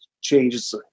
changes